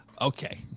okay